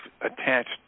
attached